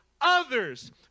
others